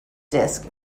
disc